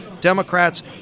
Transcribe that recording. Democrats